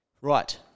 Right